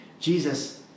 Jesus